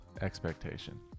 Expectation